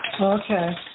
Okay